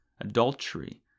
adultery